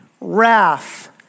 wrath